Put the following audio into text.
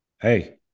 hey